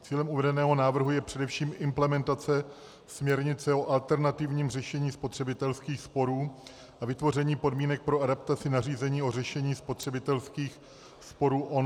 Cílem uvedeného návrhu je především implementace směrnice o alternativním řešení spotřebitelských sporů a vytvoření podmínek pro adaptaci nařízení o řešení spotřebitelských sporů online.